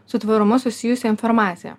su tvarumu susijusią informaciją